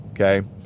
Okay